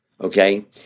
Okay